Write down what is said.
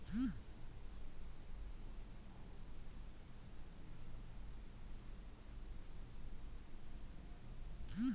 haulm ಟಾಪರ್ಗಳು ಒಂದು ಕೃಷಿ ಯಂತ್ರವಾಗಿದ್ದು ಆಲೂಗೆಡ್ಡೆ ಬೆಳೆಯ ಕಾಂಡಗಳನ್ನ ಕತ್ತರಿಸ್ತದೆ